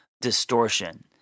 distortion